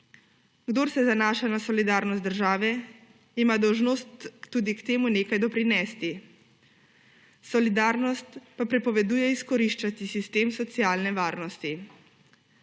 Kdor se zanaša na solidarnost države, ima dolžnost k temu tudi nekaj doprinesti. Solidarnost pa prepoveduje izkoriščati sistem socialne varnosti.